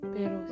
Pero